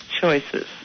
choices